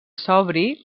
sobri